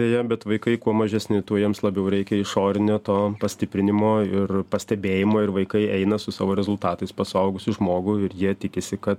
deja bet vaikai kuo mažesni tuo jiems labiau reikia išorinio to pastiprinimo ir pastebėjimo ir vaikai eina su savo rezultatais pas suaugusį žmogų ir jie tikisi kad